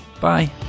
Bye